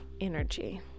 energy